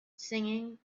singing